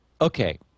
okay